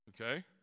Okay